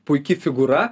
puiki figūra